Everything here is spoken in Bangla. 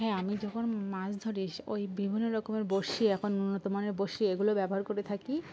হ্যাঁ আমি যখন মাছ ধর ওই বিভিন্ন রকমের বঁড়শি এখন উন্নতমানের বঁড়শি এগুলো ব্যবহার করে থাকি